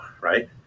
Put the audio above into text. right